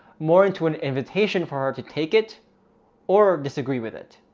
more into an invitation for her to take it or disagree with it.